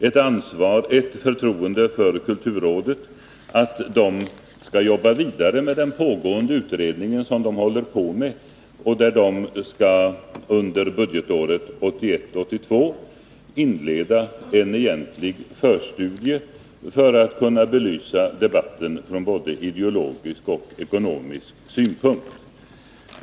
Vi hyser ett förtroende för kulturrådet och räknar med att man skall jobba vidare med den pågående utredningen, där man under budgetåret 1981/82 skall inleda en egentlig förstudie för att kunna belysa debatten från både ideologisk och ekonomisk synpunkt.